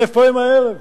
איפה הם הערב?